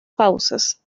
causas